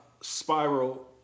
spiral